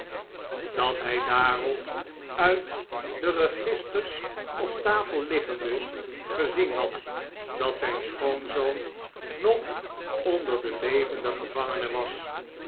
dat hij daarop uit de registers op tafel liggende gezien had dat zijn schoonzoon nog onder de levende gevangenen was